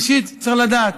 ראשית, צריך לדעת,